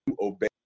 obey